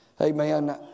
Amen